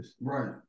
Right